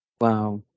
Wow